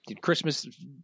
Christmas